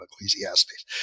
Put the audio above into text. Ecclesiastes